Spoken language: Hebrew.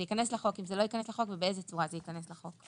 ייכנס לחוק או לא ובאיזה צורה זה ייכנס לחוק.